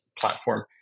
platform